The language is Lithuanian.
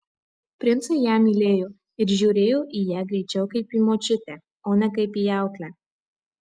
princai ją mylėjo ir žiūrėjo į ją greičiau kaip į močiutę o ne kaip į auklę